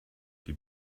die